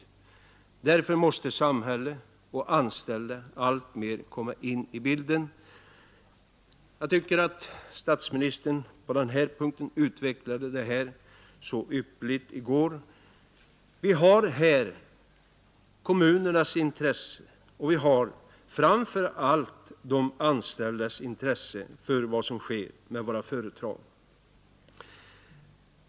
Därför måste samhället och anställda alltmer komma in i bilden. Jag tycker att statsministern utvecklade dessa synpunkter härvidlag ypperligt i går. Vi har här kommunernas intresse, och vi har framför allt de anställdas intresse, för vad som sker med våra företag.